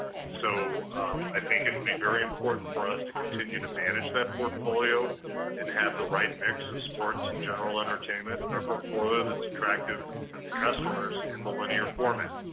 and so i think it would be very important for us to continue to manage that portfolio and have the right mix of sports and general entertainment in our portfolio that's attractive to customers in the linear format.